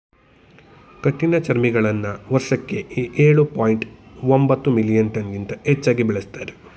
ಕಠಿಣಚರ್ಮಿಗಳನ್ನ ವರ್ಷಕ್ಕೆ ಎಳು ಪಾಯಿಂಟ್ ಒಂಬತ್ತು ಮಿಲಿಯನ್ ಟನ್ಗಿಂತ ಹೆಚ್ಚಾಗಿ ಬೆಳೆಸ್ತಾರೆ